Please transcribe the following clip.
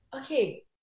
okay